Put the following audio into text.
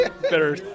Better